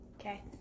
Okay